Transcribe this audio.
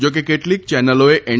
જાકે કેટલીક ચેનલોએ એન